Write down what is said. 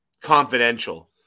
Confidential